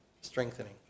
strengthening